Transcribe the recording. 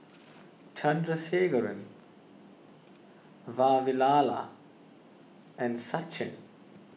Chandrasekaran Vavilala and Sachin